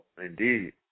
indeed